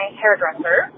hairdresser